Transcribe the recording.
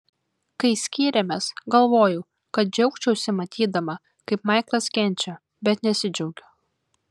kai skyrėmės galvojau kad džiaugčiausi matydama kaip maiklas kenčia bet nesidžiaugiu